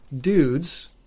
dudes